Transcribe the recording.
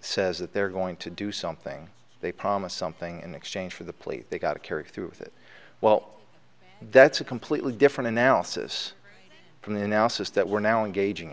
says that they're going to do something they promised something in exchange for the plea they've got to carry through with it well that's a completely different analysis from the analysis that we're now engaging